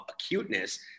acuteness